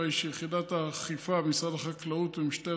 הרי שיחידת האכיפה במשרד החקלאות ובמשטרת